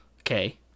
Okay